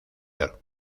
york